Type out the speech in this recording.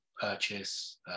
purchase